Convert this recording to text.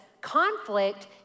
conflict